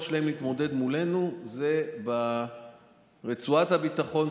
שלהם להתמודד מולנו היא ברצועת הביטחון,